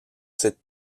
cette